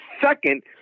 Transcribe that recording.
second